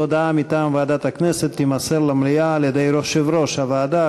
הודעה מטעם ועדת הכנסת תימסר למליאה על-ידי יושב-ראש הוועדה,